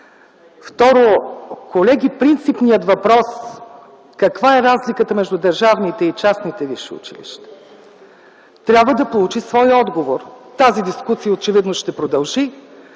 Второ, колеги, принципният въпрос каква е разликата между държавните и частните висши училища трябва да получи своя отговор. Тази дискусия очевидно ще продължи,